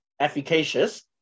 efficacious